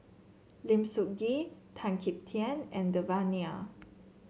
Lim Sun Gee Tan Kim Tian and Devan Nair